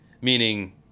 Meaning